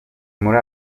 muri